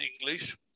English